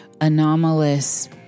anomalous